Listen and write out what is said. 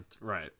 Right